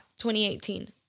2018